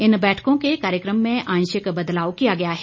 इन बैठकों के कार्यक्रम में आंशिक बदलाव किया गया है